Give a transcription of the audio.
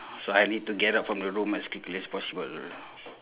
so I need to get out from the room as quickly as possible